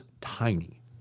tiny